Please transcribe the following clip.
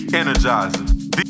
energizer